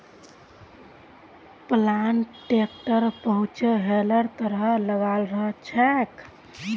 planter ट्रैक्टरेर पीछु हलेर तरह लगाल रह छेक